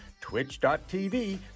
twitch.tv